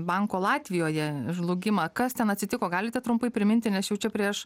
banko latvijoje žlugimą kas ten atsitiko galite trumpai priminti nes jau čia prieš